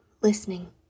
listening